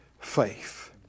faith